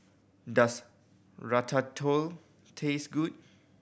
does Ratatouille taste good